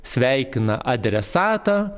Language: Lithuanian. sveikina adresatą